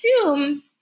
assume